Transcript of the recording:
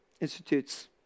Institutes